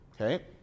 Okay